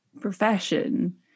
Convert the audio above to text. profession